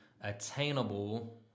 attainable